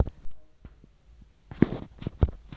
तुमका ठाऊक हा काय, स्टॉक ही एक प्रकारची सुरक्षितता आसा?